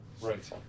Right